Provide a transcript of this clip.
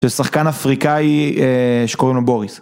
זה שחקן אפריקאי שקוראים לו בוריס.